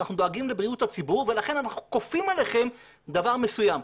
אנחנו דואגים לבריאות הציבור ולכן אנחנו כופים עליכם דבר מסוים.